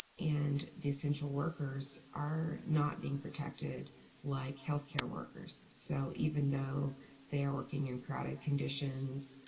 and the essential workers are not being protected like health care workers. so even though they are working in crowded conditions,